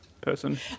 person